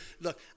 look